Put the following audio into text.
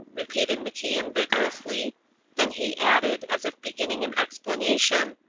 repeated macian, vigorously then he added, as if beginning an explanation,